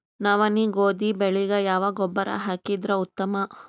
ನವನಿ, ಗೋಧಿ ಬೆಳಿಗ ಯಾವ ಗೊಬ್ಬರ ಹಾಕಿದರ ಉತ್ತಮ?